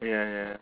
ya ya